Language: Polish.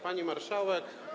Pani Marszałek!